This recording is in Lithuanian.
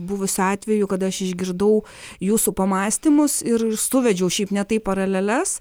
buvusių atvejų kada aš išgirdau jūsų pamąstymus ir suvedžiau šiaip ne taip paraleles